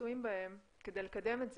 מצויים בהן כדי לקדם את זה.